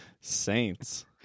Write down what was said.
Saints